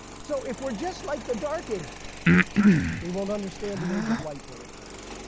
so if we are just like the dark ages we won't understand the age of light when it comes.